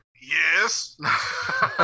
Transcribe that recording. Yes